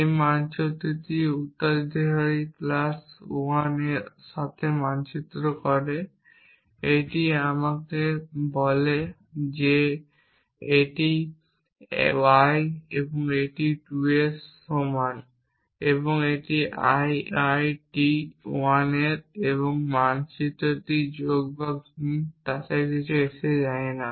এই মানচিত্রটি উত্তরাধিকারী প্লাস 1 এর সাথে মানচিত্র করে এটি আমরা বলি যে এটি I এটি 2 এর এবং এটি ii t 1 এর এই মানচিত্রটি যোগ বা গুন করে তাতে কিছু যায় আসে না